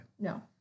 No